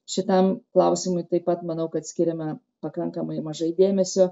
šitam klausimui taip pat manau kad skiriame pakankamai mažai dėmesio